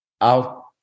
out